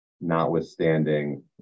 notwithstanding